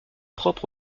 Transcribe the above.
propre